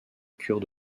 cure